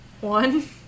One